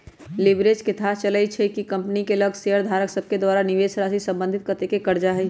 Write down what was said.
leverage से थाह चलइ छइ कि कंपनी के लग शेयरधारक सभके द्वारा निवेशराशि संबंधित कतेक करजा हइ